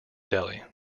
delhi